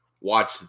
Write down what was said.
watch